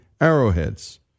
arrowheads